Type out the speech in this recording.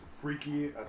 freaky